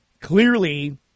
clearly